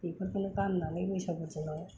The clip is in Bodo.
बेफोरखौनो गाननानै बैसागु दिनाव